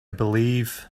believe